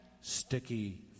Sticky